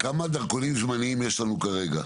כמה דרכונים זמניים יש לנו כרגע?